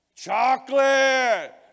Chocolate